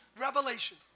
Revelation